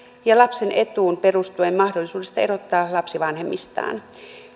ja lapsen etuun perustuen mahdollisuudesta erottaa lapsi vanhemmistaan